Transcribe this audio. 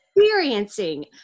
experiencing